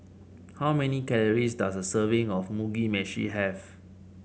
how many calories does a serving of Mugi Meshi have